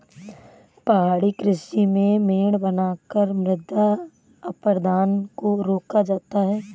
पहाड़ी कृषि में मेड़ बनाकर मृदा अपरदन को रोका जाता है